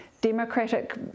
democratic